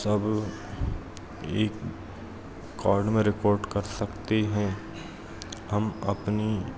सब एक कॉड में रिकॉर्ड कर सकते हैं हम अपनी